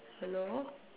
hello